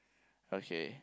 okay